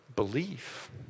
Belief